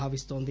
భావిస్తోంది